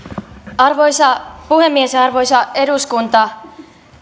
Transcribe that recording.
arvoisa puhemies ja arvoisa eduskunta